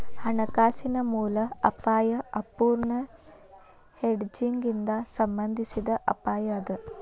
ಹಣಕಾಸಿನ ಮೂಲ ಅಪಾಯಾ ಅಪೂರ್ಣ ಹೆಡ್ಜಿಂಗ್ ಇಂದಾ ಸಂಬಂಧಿಸಿದ್ ಅಪಾಯ ಅದ